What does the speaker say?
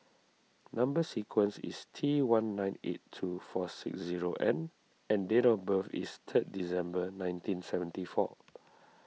Number Sequence is T one nine eight two four six zero N and date of birth is third December nineteen seventy four